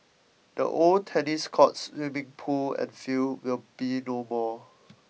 the old tennis courts swimming pool and field will be no more